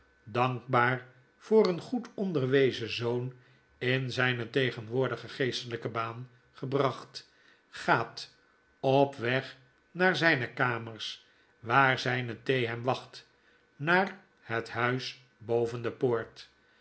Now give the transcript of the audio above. dankbaar voor een goed onderwezen zoon in zyne tegenwoordige geestelyke baan gebracht gaat op weg naar zyne kamers waar zyne thee hem wacht naar het huis boven de poort